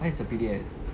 what is a P_D_S